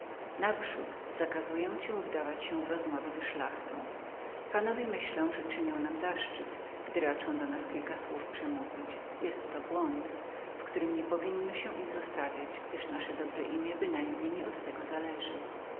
naprzód zakazuję ci wdawać się w rozmowy ze szlachtą panowie myślą że czynią nam zaszczyt gdy raczą do nas kilka słów przemówić jest to błąd w którym nienależy się ich zostawiać gdyż zaszczyt nasz bynajmniej nie ma